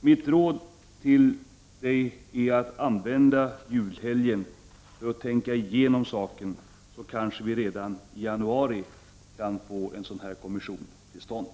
Mitt råd till Birgitta Dahl är att använda julhelgen till att tänka igenom saken, så att vi kanske redan i januari kan få till stånd en sådan kommission.